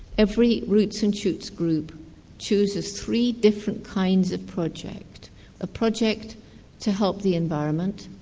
every roots and shoots group chooses three different kinds of project a project to help the environment,